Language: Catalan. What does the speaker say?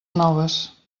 noves